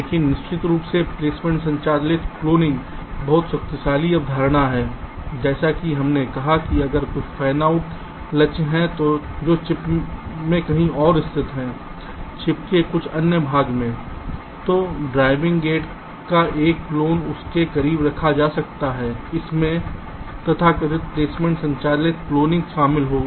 लेकिन निश्चित रूप से प्लेसमेंट संचालित क्लोनिंग बहुत शक्तिशाली अवधारणा है जैसा कि हमने कहा कि अगर कुछ फैनआउट लक्ष्य हैं जो चिप के कहीं और स्थित हैं चिप के कुछ अन्य भाग मैं तो ड्राइविंग गेट का एक क्लोन उसके करीब रखा जा सकता है उस से इनमें तथाकथित प्लेसमेंट संचालित क्लोनिंग शामिल होगी